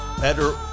better